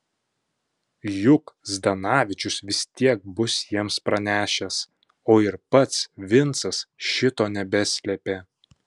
juk zdanavičius vis tiek bus jiems pranešęs o ir pats vincas šito nebeslėpė